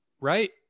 right